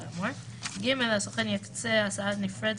אנחנו תמיד יוצאים מנקודת הנחה שהמאמץ